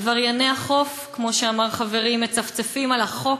עברייני החוף, כמו שאמר חברי, מצפצפים על החוק